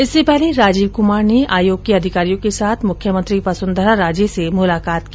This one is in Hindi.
इससे पहले राजीव कुमार ने आयोग के अधिकारियों के साथ मुख्यमंत्री वसुन्धरा राजे से मुलाकात की